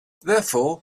therefore